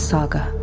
Saga